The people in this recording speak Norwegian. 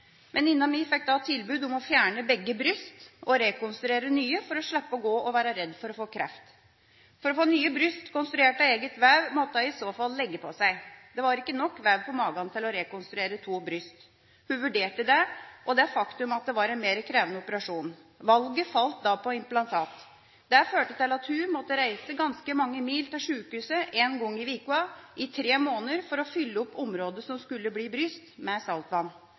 men krever også sitt. Jeg skal gi dere et eksempel på det. Jeg har snakket med min venninne og fått lov til å fortelle at hun i 2009 fikk beskjed om at hun hadde genfeilen BRCA. Det betyr at hun hadde 95 pst. sjanse for å få brystkreft. Venninna mi fikk da tilbud om å fjerne begge bryst og rekonstruere nye for å slippe å gå og være redd for å få kreft. For å få nye bryst konstruert av eget vev måtte hun i så fall legge på seg. Det var ikke nok vev på magen til å rekonstruere to bryst. Hun vurderte det, og med det faktum at det var en